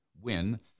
win